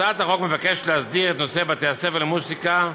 הצעת החוק מבקשת להסדיר את נושא בתי-הספר למוזיקה,